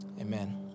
Amen